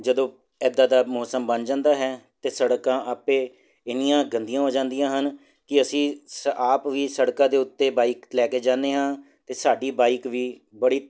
ਜਦੋਂ ਇਦਾਂ ਦਾ ਮੌਸਮ ਬਣ ਜਾਂਦਾ ਹੈ ਤਾਂ ਸੜਕਾਂ ਆਪੇ ਇੰਨੀਆਂ ਗੰਦੀਆਂ ਹੋ ਜਾਂਦੀਆਂ ਹਨ ਕਿ ਅਸੀਂ ਆਪ ਹੀ ਸੜਕਾਂ ਦੇ ਉੱਤੇ ਬਾਈਕ ਲੈ ਕੇ ਜਾਂਦੇ ਹਾਂ ਤਾਂ ਸਾਡੀ ਬਾਈਕ ਵੀ ਬੜੀ